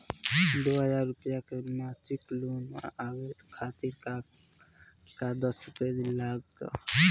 दो हज़ार रुपया के मासिक लोन लेवे खातिर का का दस्तावेजऽ लग त?